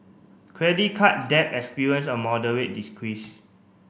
credit card debt experience a moderate